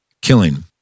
Killing